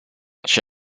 she